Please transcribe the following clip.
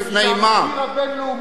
בפני מה?